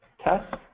test